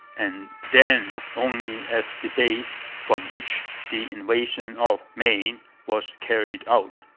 and then only as the base from which the invasion of maine was carried out.